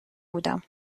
بودم